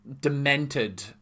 demented